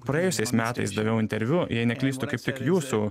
praėjusiais metais daviau interviu jei neklystu kaip tik jūsų